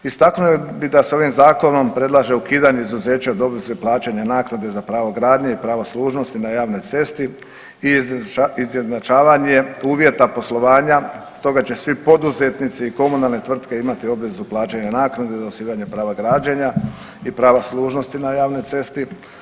Istaknuo bi da se ovim zakonom predlaže ukidanje izuzeća …/nerazumljivo/… plaćanja naknade za pravo gradnje i pravo služnosti na javnoj cesti i izjednačavanje uvjeta poslovanja, stoga će svi poduzetnici i komunalne tvrtke imati obvezu plaćanja naknade za osiguranje prava građenja i prava služnosti na javnoj cesti.